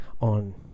on